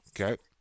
Okay